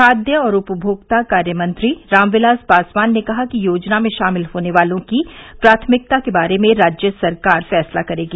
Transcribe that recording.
खाद्य और उपभोक्ता कार्य मंत्री रामविलास पासवान ने कहा कि योजना में शामिल होने वालों की प्राथमिकता के बारे में राज्य सरकार फैसला करेगी